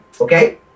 Okay